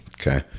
okay